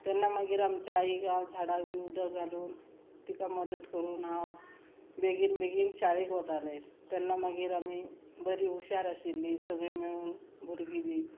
तेन्ना मागीर आमच्या आईक हांव झाडाक बी उदक घालून तिका मदत करून हांव बेगीन बेगीन शाळेक वतालें तेन्ना मागीर आमी बरी हुशार आशिल्ली सगळीं मेळून भुरगीं बी